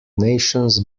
nations